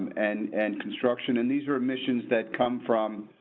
and and construction, and these are emissions that come from.